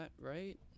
right